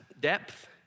depth